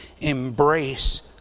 embrace